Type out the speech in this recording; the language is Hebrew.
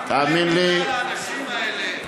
האנשים האלה,